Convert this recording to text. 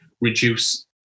reduce